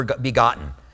begotten